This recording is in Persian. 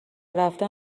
رفتن